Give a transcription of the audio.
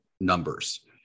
numbers